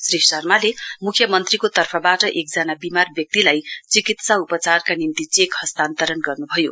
श्री शर्माले मुख्यमन्त्रीको तर्फबाट एकजना विमार व्यक्तिलाई चिकित्सा उपचारका निम्ति चेक हस्तान्तरण गर्नुभयो